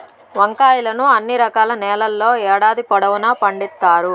వంకాయలను అన్ని రకాల నేలల్లో ఏడాది పొడవునా పండిత్తారు